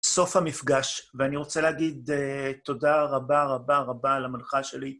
סוף המפגש, ואני רוצה להגיד תודה רבה רבה רבה למנחה שלי.